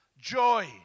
joy